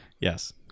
Yes